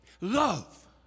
love